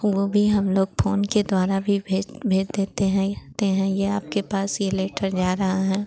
वह भी हम लोग फोन के द्वारा भी भेज भेज देते हैं ते हैं यह आपके पास यह लेटर जा रहा है